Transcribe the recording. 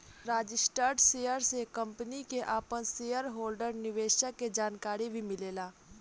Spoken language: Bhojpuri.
रजिस्टर्ड शेयर से कंपनी के आपन शेयर होल्डर निवेशक के जानकारी भी मिलेला